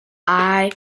eye